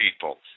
people